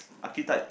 archetypes